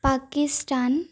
Pakistan